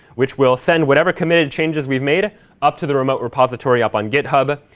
which will send whatever committed changes we've made up to the remote repository up on github.